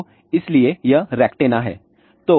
तो इसलिए यह रेक्टेंना है